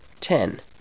Ten